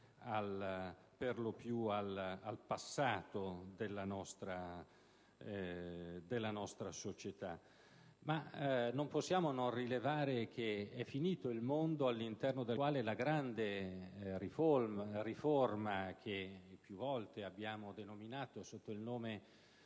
connesse al passato della nostra società. Non possiamo non rilevare che è finito il mondo all'interno del quale la grande riforma, più volte designata sotto il nome